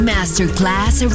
Masterclass